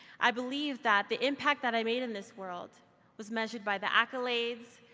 i believed that the impact that i made in this world was measured by the accolades,